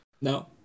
No